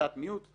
בדעת מיעוט.